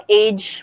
age